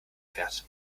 fährt